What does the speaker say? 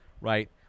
right